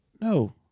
No